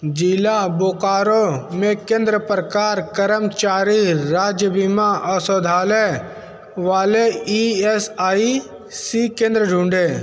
ज़िला बोकारो में केंद्र प्रकार कर्मचारी राज्य बीमा औषधालय वाले ई एस आई सी केंद्र ढूँढें